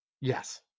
Yes